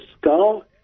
skull